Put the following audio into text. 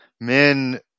men